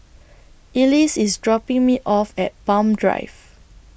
Elease IS dropping Me off At Palm Drive